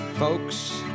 Folks